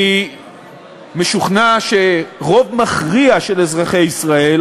אני משוכנע שרוב מכריע של אזרחי ישראל